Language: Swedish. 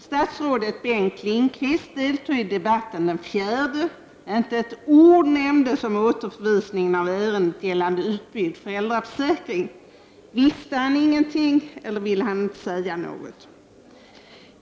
Statsrådet Bengt Lindqvist deltog i debatten den 4 april. Inte ett ord nämndes då om återförvisningen av ärendet gällande utbyggd föräldraförsäkring. Visste han ingenting eller ville han inte säga något?